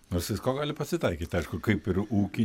nors visko gali pasitaikyt aišku kaip ir ūky